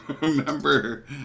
remember